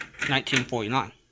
1949